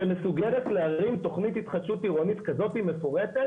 שמסוגלת להרים תכנית התחדשות עירונית כזאת מפורטת